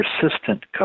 persistent